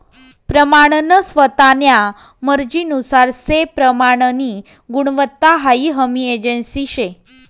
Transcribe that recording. प्रमानन स्वतान्या मर्जीनुसार से प्रमाननी गुणवत्ता हाई हमी एजन्सी शे